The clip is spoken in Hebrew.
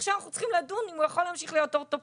עכשיו אנחנו צריכים לדון אם הוא יכול להמשיך להיות אורתופד.